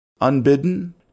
Unbidden